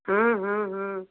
हम्म हम्म हम्म